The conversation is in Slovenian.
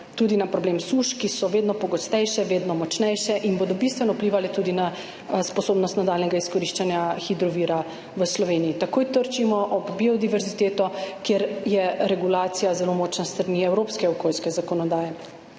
tudi na problem suš, ki so vedno pogostejše, vedno močnejše in bodo bistveno vplivale tudi na sposobnost nadaljnjega izkoriščanja hidrovira v Sloveniji. Takoj trčimo ob biodiverziteto, kjer je regulacija s strani evropske okoljske zakonodaje